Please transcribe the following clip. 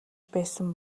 байсан